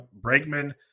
Bregman